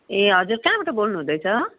ए हजुर कहाँबाट बोल्नुहुँदैछ